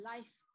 Life